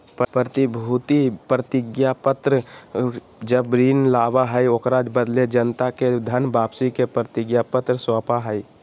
प्रतिभूति प्रतिज्ञापत्र जब ऋण लाबा हइ, ओकरा बदले जनता के धन वापसी के प्रतिज्ञापत्र सौपा हइ